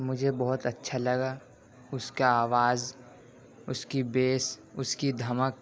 مجھے بہت اچھا لگا اس کا آواز اس کی بیس اس کی دھمک